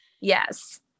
Yes